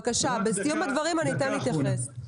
בסיום הדברים אני אתן להתייחס.